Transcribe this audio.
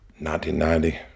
1990